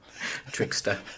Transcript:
Trickster